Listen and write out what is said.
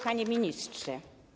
Panie Ministrze!